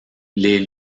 les